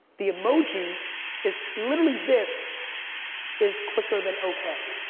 the emoji is literally this is quicker than okay.